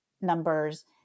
numbers